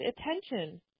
attention